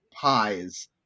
pies